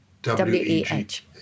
W-E-H